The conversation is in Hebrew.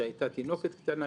שהייתה תינוקת קטנה,